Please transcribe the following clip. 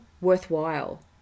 worthwhile